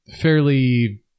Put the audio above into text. fairly